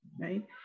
right